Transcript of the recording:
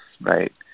right